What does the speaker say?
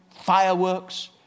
fireworks